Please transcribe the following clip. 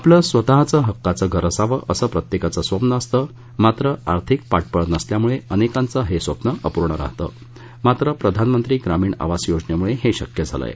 आपलं स्वतःचं हक्काचं घर असावं असं प्रत्येकाचं स्वप्न असतं मात्र आर्थिक पाठबळ नसल्यामुळे अनेकांचं हे स्वप्न अपूर्ण राहतं मात्र प्रधानमंत्री ग्रामीण आवास योजनेमुळे हे शक्य झालं आहे